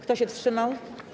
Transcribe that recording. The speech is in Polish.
Kto się wstrzymał?